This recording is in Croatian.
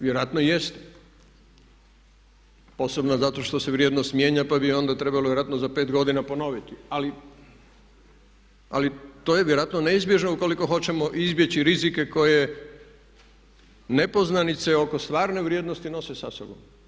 Vjerojatno i jeste, posebno zato što se vrijednost mijenja pa bi onda trebalo vjerojatno za pet godina ponoviti ali to je vjerojatno neizbježno ukoliko hoćemo izbjeći rizike koje nepoznanice oko stvarne vrijednosti nose sa sobom.